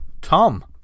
tom